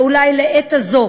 ואולי לעת הזאת